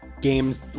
games